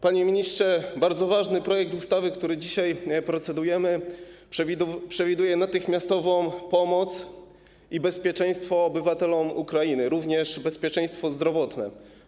Panie ministrze, bardzo ważny projekt ustawy, który dzisiaj procedujemy, przewiduje natychmiastową pomoc i zapewnienie bezpieczeństwa obywatelom Ukrainy, również bezpieczeństwa zdrowotnego.